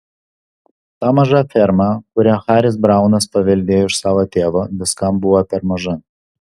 ta maža ferma kurią haris braunas paveldėjo iš savo tėvo viskam buvo per maža